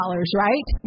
right